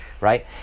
right